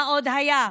מה עוד היה?